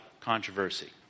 controversy